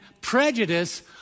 prejudice